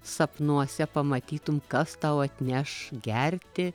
sapnuose pamatytum kas tau atneš gerti